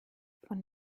von